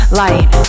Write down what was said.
light